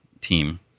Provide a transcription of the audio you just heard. team